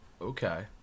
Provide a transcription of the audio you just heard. Okay